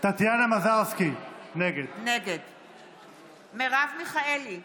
נגד מרב מיכאלי,